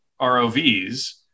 ROVs